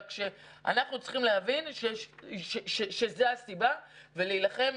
רק שאנחנו צריכים שזו הסיבה ולהילחם.